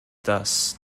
dass